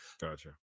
Gotcha